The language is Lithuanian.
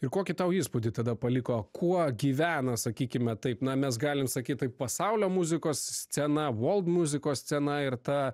ir kokį tau įspūdį tada paliko kuo gyvena sakykime taip na mes galim sakyti tai pasaulio muzikos scena vold muzikos scena ir ta